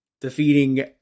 defeating